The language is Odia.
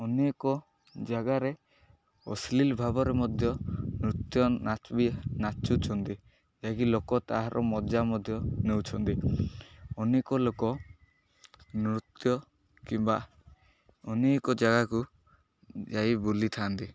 ଅନେକ ଜାଗାରେ ଅଶ୍ଲିିଳ ଭାବରେ ମଧ୍ୟ ନୃତ୍ୟ ନାଚ ବି ନାଚୁଛନ୍ତି ଯାହାକି ଲୋକ ତାହାର ମଜା ମଧ୍ୟ ନେଉଛନ୍ତି ଅନେକ ଲୋକ ନୃତ୍ୟ କିମ୍ବା ଅନେକ ଜାଗାକୁ ଯାଇ ବୁଲିଥାନ୍ତି